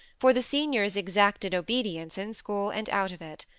for the seniors exacted obedience in school and out of it.